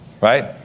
Right